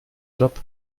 job